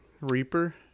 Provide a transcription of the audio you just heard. Reaper